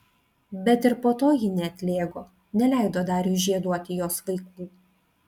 bet ir po to ji neatlėgo neleido dariui žieduoti jos vaikų